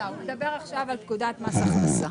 הוא מדבר עכשיו על פקודת מס הכנסה.